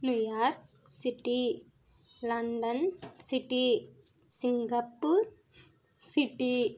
New York city London city Singapore city